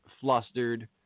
flustered